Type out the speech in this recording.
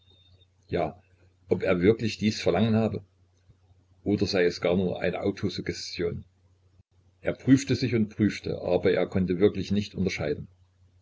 ja ob er wirklich dies verlangen habe oder sei es gar nur eine autosuggestion er prüfte sich und prüfte aber er konnte wirklich nicht unterscheiden